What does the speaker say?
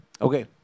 Okay